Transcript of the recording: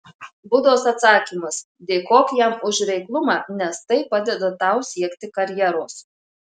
budos atsakymas dėkok jam už reiklumą nes tai padeda tau siekti karjeros